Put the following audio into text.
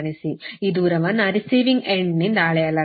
ಈ ದೂರವನ್ನು receiving end ನಿಂದ ಅಳೆಯಲಾಗುತ್ತದೆ